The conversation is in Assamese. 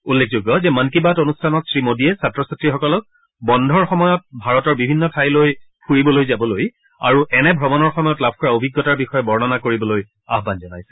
উল্লেখযোগ্য যে মন কী বাত অনুষ্ঠানত শ্ৰী মোদীয়ে ছাত্ৰ ছাত্ৰীসকলক বন্ধৰ সময়ত ভাৰতৰ বিভিন্ন ঠাইলৈ ফুৰিবলৈ যাবলৈ আৰু এনে ভ্ৰমণৰ সময়ত লাভ কৰা অভিজ্ঞতাৰ বিষয়ে বৰ্ণনা কৰিবলৈ আহান জনাইছিল